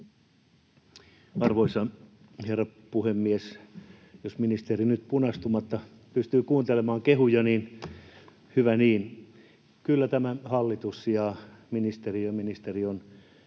Arvoisa herra puhemies! Jos ministeri nyt punastumatta pystyy kuuntelemaan kehuja, niin hyvä niin. Kyllä tämä hallitus ja ministeriö ja ministeri